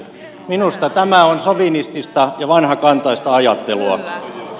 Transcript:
minusta tämä on sovinistista ja vanhakantaista ajattelua